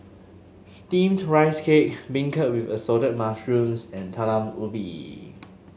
steamed Rice Cake beancurd with Assorted Mushrooms and Talam Ubi